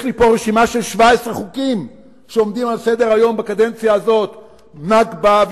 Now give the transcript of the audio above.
יש לי פה רשימה של 17 חוקים שעומדים על סדר-היום בקדנציה הזאת: "נכבה",